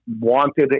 wanted